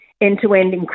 end-to-end